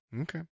Okay